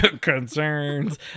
Concerns